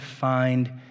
find